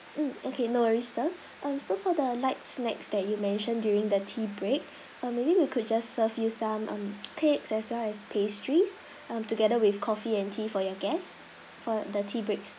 mm okay no worries sir um so for the light snacks that you mentioned during the tea break uh maybe we could just serve you some mm cakes as well as pastries m together with coffee and tea for your guests for the tea breaks